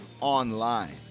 online